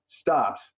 stops